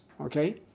okay